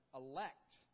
elect